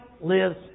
lives